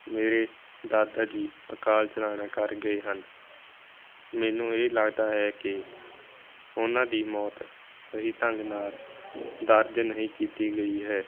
ਮੇਰੇ ਦਾਦਾ ਜੀ ਅਕਾਲ ਚਲਾਣਾ ਕਰ ਗਏ ਹਨ ਮੈਨੂੰ ਇਹ ਲੱਗਦਾ ਹੈ ਕਿ ਉਨ੍ਹਾਂ ਦੀ ਮੌਤ ਸਹੀ ਢੰਗ ਨਾਲ ਦਰਜ ਨਹੀਂ ਕੀਤੀ ਗਈ ਹੈ